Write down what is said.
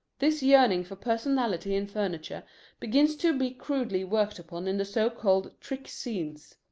this yearning for personality in furniture begins to be crudely worked upon in the so-called trick-scenes.